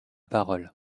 parole